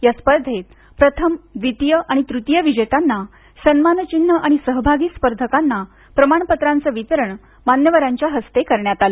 या स्पर्धेत प्रथम द्वितीय तृतीय विजेत्यांना सन्मान चिन्ह आणि सहभागी स्पर्धकांना प्रमानपत्रांचे वितरण मान्यवरांचे हस्ते करण्यात आले